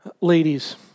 Ladies